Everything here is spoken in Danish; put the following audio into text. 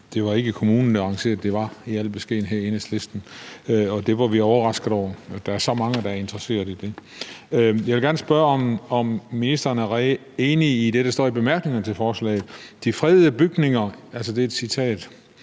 Det var ikke kommunen, der havde arrangeret det. Det var i al beskedenhed Enhedslisten. Og vi var overrasket over, at der var så mange, der var interesseret i det. Jeg vil gerne spørge, om ministeren er enig i det, der står i bemærkningerne til forslaget: »De fredede bygninger i Storkøbenhavn